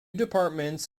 departments